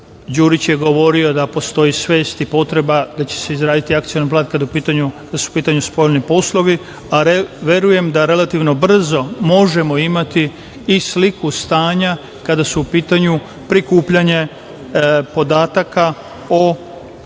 Đurić je govorio da postoji svest i potreba da će se izraditi akcioni plan kad su u pitanju spoljni poslovi, a verujem da relativno brzo možemo imati i sliku stanja kada su u pitanju prikupljanja podataka o